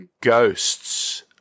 Ghosts